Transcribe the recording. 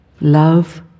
Love